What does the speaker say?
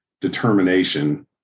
determination